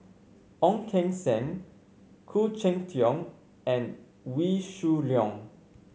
Ong Keng Sen Khoo Cheng Tiong and Wee Shoo Leong